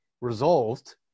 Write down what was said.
resolved